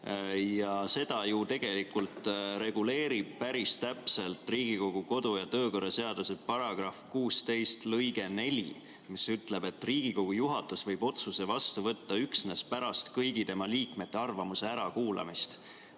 Seda ju tegelikult reguleerib päris täpselt Riigikogu kodu- ja töökorra seaduse § 16 lõige 4, mis ütleb: "Riigikogu juhatus võib otsuse vastu võtta üksnes pärast kõigi tema liikmete arvamuse ärakuulamist.